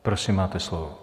Prosím, máte slovo.